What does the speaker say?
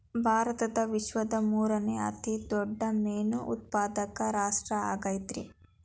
ಭಾರತ ವಿಶ್ವದ ಮೂರನೇ ಅತಿ ದೊಡ್ಡ ಮೇನು ಉತ್ಪಾದಕ ರಾಷ್ಟ್ರ ಆಗೈತ್ರಿ